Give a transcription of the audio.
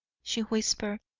she whispered,